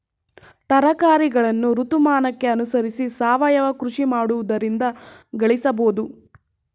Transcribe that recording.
ತರಕಾರಿಗಳನ್ನು ಋತುಮಾನಕ್ಕೆ ಅನುಸರಿಸಿ ಸಾವಯವ ಕೃಷಿ ಮಾಡುವುದರಿಂದ ಗಳಿಸಬೋದು